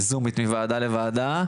אני יועצת בריאות הנפש ילדים ונוער במכבי,